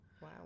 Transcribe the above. Wow